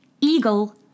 eagle